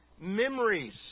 memories